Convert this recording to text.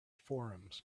forums